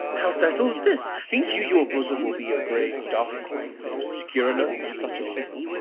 how settles this? think you your bosom will be a grave dark and obscure enough for such a secret?